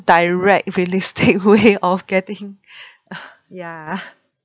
direct realistic way of getting ya